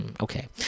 Okay